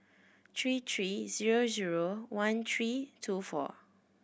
three three zero zero one three two four